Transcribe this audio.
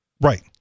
Right